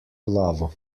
glavo